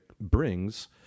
brings